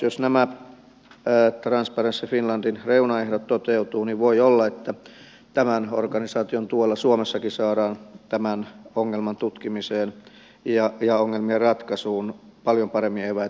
jos nämä transparency finlandin reunaehdot toteutuvat niin voi olla että tämän organisaation tuella suomessakin saadaan tämän ongelman tutkimiseen ja ongelmien ratkaisuun paljon paremmin eivät